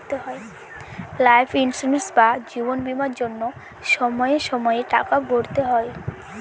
life insurance বা জীবন বীমার জন্য সময়ে সময়ে টাকা ভরতে হয়